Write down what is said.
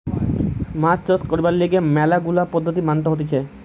মাছ চাষ করবার লিগে ম্যালা গুলা পদ্ধতি মানতে হতিছে